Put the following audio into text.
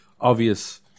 obvious